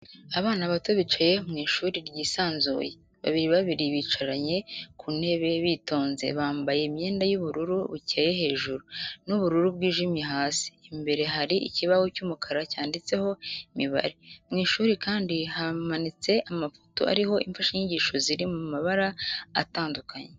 Abana bato bicaye mu ishuri ryisanzuye, babiri babiri bicaranye ku ntebe bitonze, bambaye imyenda y'ubururu bukeye hejuru n'ubururu bwijimye hasi, imbere hari ikibaho cy'umukara cyanditseho imibare, mu ishuri kandi hamanitse amafoto ariho imfashanyigisho ziri mu mabara atandukanye.